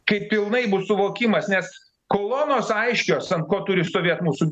kai pilnai bus suvokimas nes kolonos aiškios ant ko turi stovėt mūsų